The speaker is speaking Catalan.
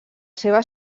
seva